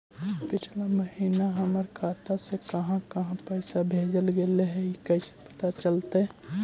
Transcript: पिछला महिना हमर खाता से काहां काहां पैसा भेजल गेले हे इ कैसे पता चलतै?